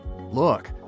Look